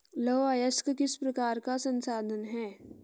लौह अयस्क किस प्रकार का संसाधन है?